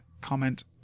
comment